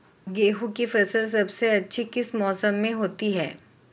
गेंहू की फसल सबसे अच्छी किस मौसम में होती है?